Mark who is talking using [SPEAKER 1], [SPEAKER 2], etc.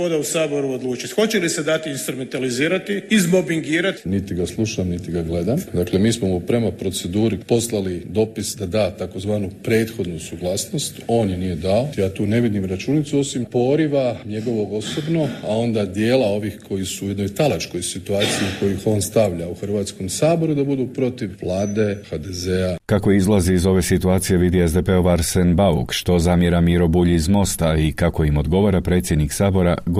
[SPEAKER 1] gospoda u Saboru odlučit, hoće li se dati instrumentalizirati, izmobingirat?
[SPEAKER 2] Niti ga slušam, niti ga gledam. Dakle, mi smo mu prema proceduri poslali dopis da da takozvanu prethodnu suglasnost, on je nije dao. Ja tu ne vidim računicu osim poriva njegovog osobno, a onda dijela ovih koji su u jednoj talačkoj situaciji u kojih on stavlja u Hrvatskom saboru da budu protiv Vlade, HDZ-a.
[SPEAKER 3] Kako izlazi iz ove situacije vidi SDP-ov Arsen Bauk, što zamjera Miro Bulj iz Mosta i kako im odgovara predsjednik Sabora